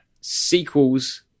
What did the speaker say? sequels